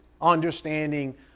understanding